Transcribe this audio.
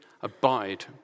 abide